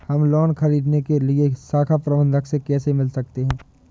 हम लोन ख़रीदने के लिए शाखा प्रबंधक से कैसे मिल सकते हैं?